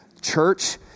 Church